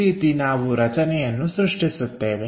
ಈ ರೀತಿ ನಾವು ರಚನೆಯನ್ನು ಸೃಷ್ಟಿಸುತ್ತೇವೆ